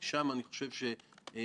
ובחרו שלא לעשות את זה